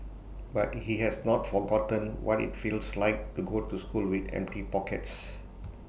but he has not forgotten what IT feels like to go to school with empty pockets